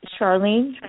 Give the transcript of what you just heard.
Charlene